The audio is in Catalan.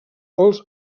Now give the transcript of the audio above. als